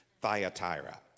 Thyatira